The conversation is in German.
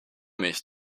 mich